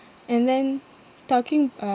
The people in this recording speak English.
and then talking